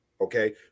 Okay